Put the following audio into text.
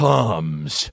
Comes